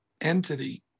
entity